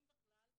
אם בכלל,